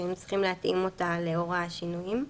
שהיינו צריכים להתאים אותה לאור השינויים.